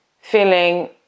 feeling